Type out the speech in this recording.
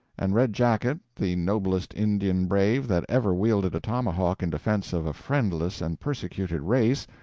and red jacket, the noblest indian brave that ever wielded a tomahawk in defence of a friendless and persecuted race,